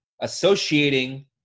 associating